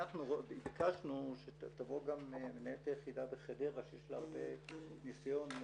ביקשנו שתבוא גם מנהלת היחידה בחדרה שיש לה הרבה ניסיון.